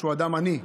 שהוא אדם עני.